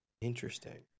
Interesting